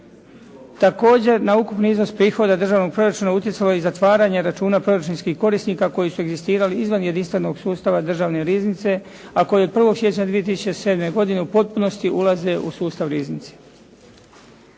Također, na ukupni prihod državnog proračuna utjecalo je i zatvaranje računa proračunskih korisnika koji su egzistirali izvan jedinstvenog sustava Državne riznice, a koji od 1. siječnja 2007. godine u potpunosti ulaze u sustav riznice.